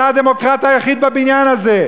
אתה הדמוקרט היחיד בבניין הזה.